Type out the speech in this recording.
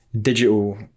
digital